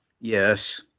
Yes